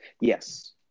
yes